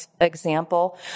example